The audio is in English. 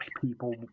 people